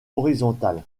horizontal